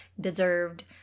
deserved